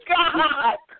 God